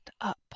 up